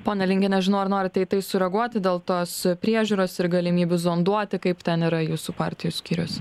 pone linge nežinau ar norite į tai sureaguoti dėl tos priežiūros ir galimybių zonduoti kaip ten yra jūsų partijų skyriuos